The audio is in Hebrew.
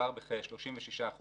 מדובר בכ-36%